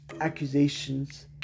accusations